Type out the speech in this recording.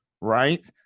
Right